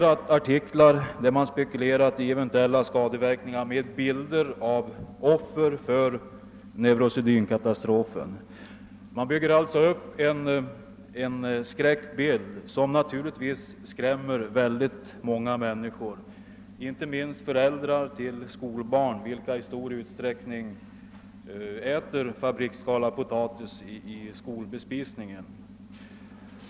Artiklar, där man spekulerat om eventuella skadeverkningar, har illustrerats med bilder av offer för neurosedynkatastrofen. Man målar alltså upp en skräckbild som naturligtvis skrämmer många människor, inte minst föräldrar till skolbarn, vilka i stor utsträckning äter fabriksskalad potatis i skolbespisningen.